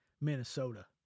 Minnesota